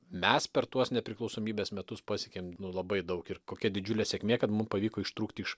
mes per tuos nepriklausomybės metus pasiekėm labai daug ir kokia didžiulė sėkmė kad mum pavyko ištrūkti iš